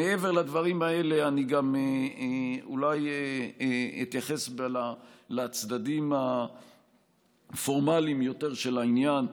מעבר לדברים האלה אני גם אולי אתייחס לצדדים הפורמליים יותר של העניין.